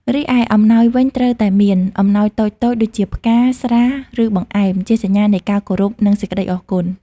រីឯអំណោយវិញត្រូវតែមាន អំណោយតូចៗដូចជា ផ្កា ស្រា ឬបង្អែម ជាសញ្ញានៃការគោរពនិងសេចក្ដីអរគុណ។